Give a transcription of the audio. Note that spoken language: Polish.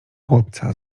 chłopca